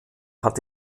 hat